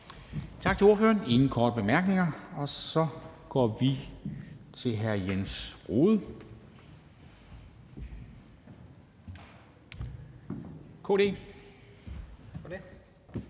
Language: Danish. Tak til ordføreren. Der er ingen korte bemærkninger. Så går vi videre til hr. Jens Rohde, KD.